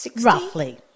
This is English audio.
Roughly